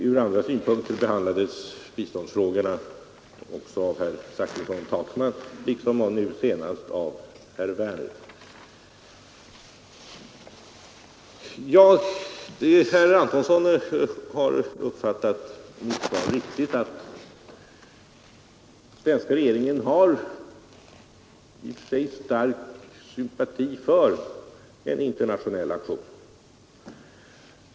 Från andra synpunkter har biståndsfrågorna också behandlats av herr Zachrisson och herr Takman liksom nu senast av herr Werner i Malmö. Herr Antonsson har uppfattat saken rätt: den svenska regeringen hyser stark sympati för en internationell aktion.